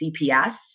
CPS